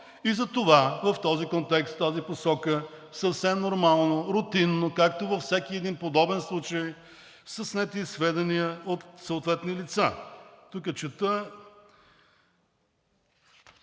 И затова в този контекст, в тази посока съвсем нормално, рутинно, както във всеки един подобен случай, са снети сведения от съответни лица. Тук чета